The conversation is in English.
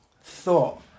thought